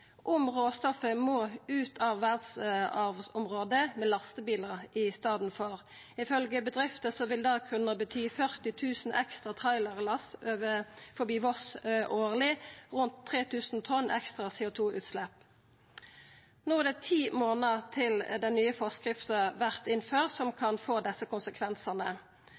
om råstoffet må ut av verdsarvområdet med lastebilar i staden. Ifølgje bedrifta vil det kunna bety 40 000 ekstra trailerlass forbi Voss årleg og 3 000 tonn ekstra CO 2 -utslepp. No er det ti månader til den nye forskrifta, som kan få desse konsekvensane,